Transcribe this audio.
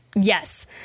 Yes